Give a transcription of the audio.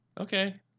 okay